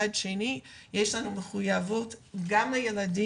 אבל מצד שני יש לנו מחויבות גם לילדים,